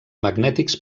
magnètics